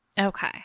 Okay